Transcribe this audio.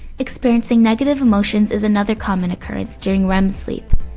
experiencing negative emotions is another common occurrence during rem sleep.